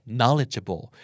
knowledgeable